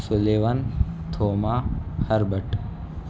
Sullivan Thomas Herbert